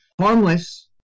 harmless